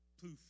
Poof